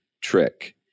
trick